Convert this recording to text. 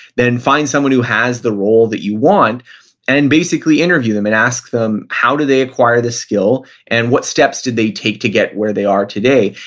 then find someone who has the role that you want and basically interview them and ask them how did they acquire the skill and what steps did they take to get where they are today.